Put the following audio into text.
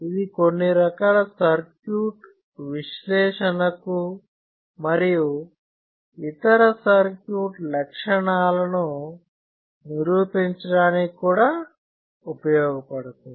ఇది కొన్ని రకాల సర్క్యూట్ విశ్లేషణ కు మరియు ఇతర సర్క్యూట్ లక్షణాలను నిరూపించడానికి కూడా ఉపయోగపడుతుంది